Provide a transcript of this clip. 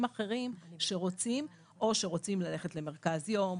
אחרים שרוצים או שרוצים ללכת למרכז יום,